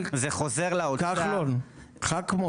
גם האוצר וגם משרד השיכון,